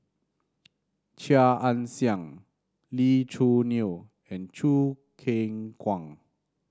Chia Ann Siang Lee Choo Neo and Choo Keng Kwang